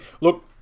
Look